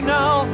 now